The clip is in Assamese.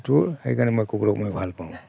সেইকাৰণে মই কুকুৰক মই ভাল পাওঁ